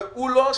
הוא לא הסיפור.